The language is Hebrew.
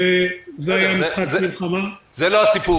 זה לא הסיפור,